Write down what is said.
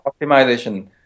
optimization